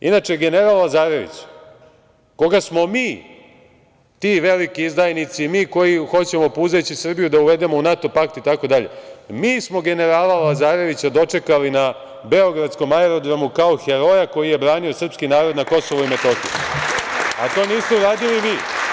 Inače, general Lazarević koga smo mi, ti veliki izdajnici, mi koji hoćemo puzeći Srbiju da uvedemo u NATO pakt itd, mi smo generala Lazarevića dočekali na beogradskom aerodromu kao heroja koji je branio srpski narod na KiM, a to niste uradili vi.